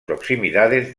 proximidades